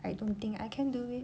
I don't think I can do it